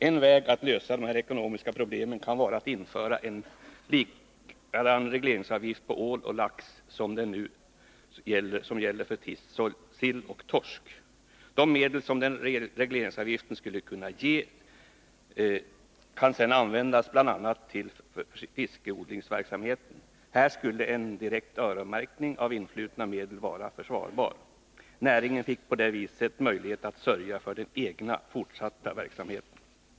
En väg att lösa de här ekonomiska problemen kan vara att det införs en likadan regleringsavgift på ål och lax som den som nu gäller för sill och torsk. De medel som den regleringsavgiften skulle ge kunde sedan användas till bl.a. fiskodlingsverksamheten. Här skulle en direkt öronmärkning av influtna medel vara försvarbar. Näringen fick på det viset möjlighet att sörja för den egna fortsatta verksamheten.